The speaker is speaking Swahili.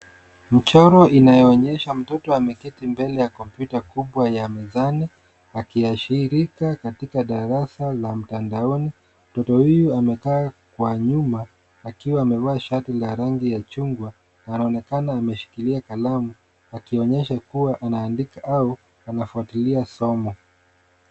Mchoro inayonyesha mtoto ameketi mbele ya kompyuta kubwa ya mezani akiashirika katika darasa la mtandaoni. Mtoto huyu amekaa kwa nyuma akiwa amevaa shati la rangi ya chungwa na anaonekana ameshikilia kalamu akionyesha kuwa anaandika au anafuatilia somo.